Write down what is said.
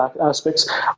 aspects